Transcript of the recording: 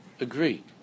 agree